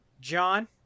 John